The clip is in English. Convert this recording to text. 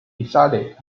decided